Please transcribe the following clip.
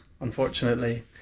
unfortunately